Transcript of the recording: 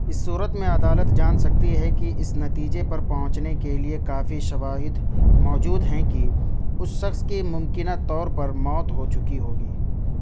اس صورت میں عدالت جان سکتی ہے کہ اس نتیجے پر پہنچنے کے لیے کافی شواہد موجود ہیں کہ اس شخص کی ممکنہ طور پر موت ہو چکی ہوگی